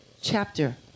chapter